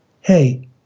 Hey